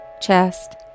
chest